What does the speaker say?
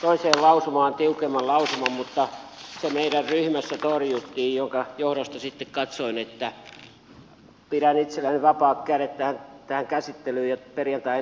lausumaan tiukemman lausuman mutta se meidän ryhmässämme torjuttiin minkä johdosta sitten katsoin että pidän itselläni vapaat kädet tämän käsittelyyn ja perjantain äänestykseen